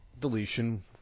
Deletion